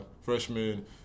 freshman